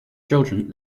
children